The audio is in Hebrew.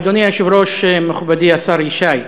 אדוני היושב-ראש, מכובדי השר ישי,